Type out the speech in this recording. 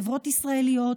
חברות ישראליות,